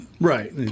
Right